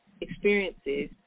experiences